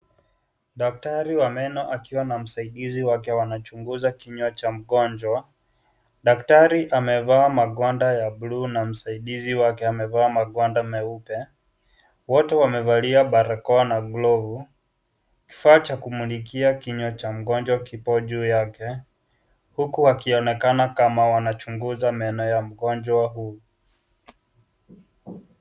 Daktari wa meno akiwa na msaidizi wake wanachunguza kinywa cha mgonjwa. Daktari amevaa magwanda ya bluu na msaidizi amevaa magwanda meupe. Wote wamevalia barakoa na glovu. Kifaa cha kumulikia kinywa cha mgonjwa kipo juu yake huku wakionekana kama wanachunguza meno ya mgonjwa huyu.